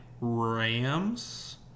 Rams